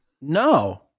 No